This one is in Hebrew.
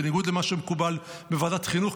בניגוד למה שמקובל בוועדת חינוך,